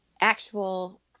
actual